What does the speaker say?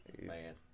Man